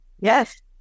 Yes